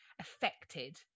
affected